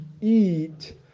eat